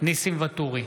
ניסים ואטורי,